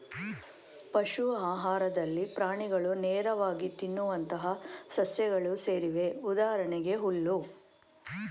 ಪಶು ಆಹಾರದಲ್ಲಿ ಪ್ರಾಣಿಗಳು ನೇರವಾಗಿ ತಿನ್ನುವಂತಹ ಸಸ್ಯಗಳು ಸೇರಿವೆ ಉದಾಹರಣೆಗೆ ಹುಲ್ಲು